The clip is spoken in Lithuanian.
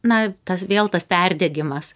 na tas vėl tas perdegimas